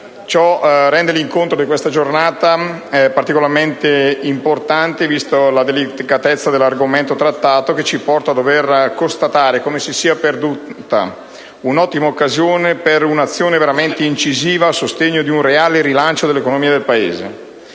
Ciò rende l'incontro di questa giornata particolarmente importante, vista la delicatezza dell'argomento trattato, che ci porta a dover constatare come si sia perduta un'ottima occasione per un'azione veramente incisiva a sostegno di un reale rilancio dell'economia del Paese.